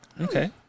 Okay